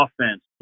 offense